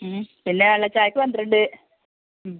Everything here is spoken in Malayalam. ഉം പിന്നെ വെള്ളച്ചായയ്ക്ക് പന്ത്രണ്ട് ഉം